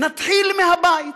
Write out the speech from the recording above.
נתחיל מהבית,